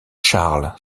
charles